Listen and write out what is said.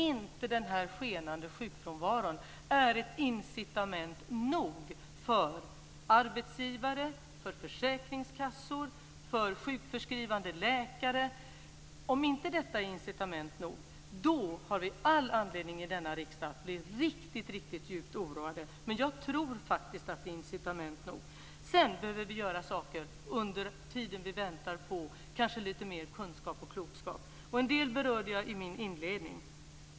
Om denna skenande sjukfrånvaro inte är incitament nog för arbetsgivare, försäkringskassor och sjukskrivande läkare har vi all anledning i denna riksdag att bli riktigt djupt oroade, men jag tror faktiskt att det är incitament nog. Sedan behöver vi göra saker under tiden vi väntar på lite mer kunskap och klokskap. En del berörde jag i min inledning.